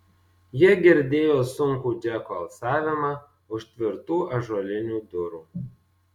jie girdėjo sunkų džeko alsavimą už tvirtų ąžuolinių durų